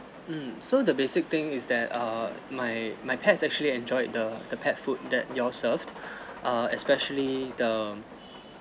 mm so the basic thing is that err my my pets actually enjoyed the the pet food that y'all served err especially the